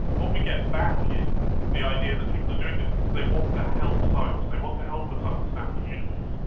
what we get back is the idea that people are doing this because they want to help science, they want to help us understand the universe,